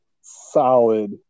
solid